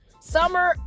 Summer